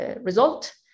result